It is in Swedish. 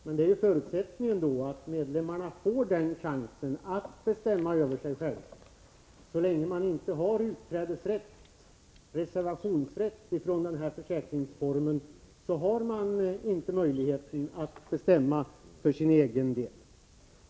Men då är förutsättningen att medlemmarna får chansen att bestämma över sig själva. Så länge man inte har utträdesrätt — reservationsrätt — i förhållande till den här försäkringsformen så har man inte möjlighet att bestämma för sin egen del.